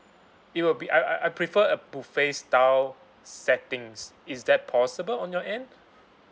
it will be I I I prefer a buffet style settings is that possible on your end